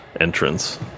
entrance